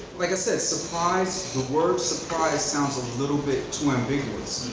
like said, surprise, the word surprise sounds a little bit too ambiguous.